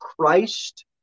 Christ